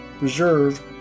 reserve